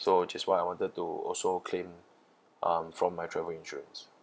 so which is why I wanted to also claim um from my travel insurance